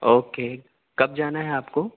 okay کب جانا ہے آپ کو